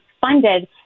funded